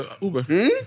Uber